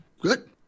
Good